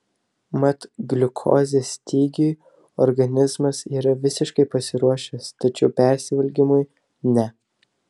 mat gliukozės stygiui organizmas yra visiškai pasiruošęs tačiau persivalgymui ne